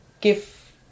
give